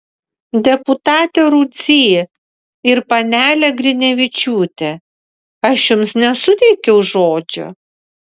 deputate rudzy ir panele grinevičiūte aš jums nesuteikiau žodžio